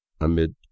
amid